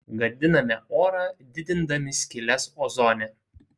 gadiname orą didindami skyles ozone